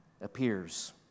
appears